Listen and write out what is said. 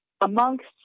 amongst